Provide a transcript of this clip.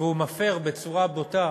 והוא מפר בצורה בוטה,